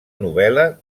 novel·la